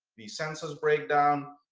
the census breakdown,